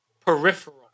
peripheral